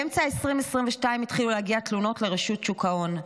באמצע 2022 התחילו להגיע תלונות לרשות שוק ההון.